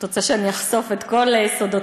את רוצה שאני אחשוף את כל סודותי?